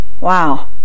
Wow